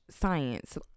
science